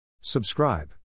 Subscribe